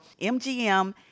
mgm